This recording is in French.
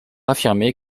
affirmer